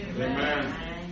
Amen